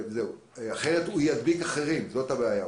אחרת הוא ידביק אחרים וזאת הבעיה.